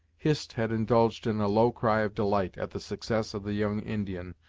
hist had indulged in a low cry of delight at the success of the young indian,